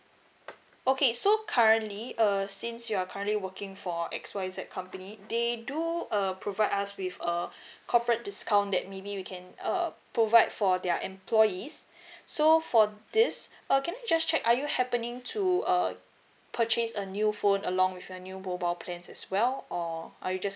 okay so currently uh since you're currently working for X Y Z company they do uh provide us with a corporate discount that maybe we can uh provide for their employees so for this uh can I just check are you happening to uh purchase a new phone along with your new mobile plans as well or are you just